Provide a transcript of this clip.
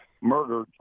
murdered